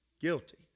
guilty